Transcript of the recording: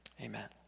Amen